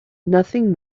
nothing